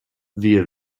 via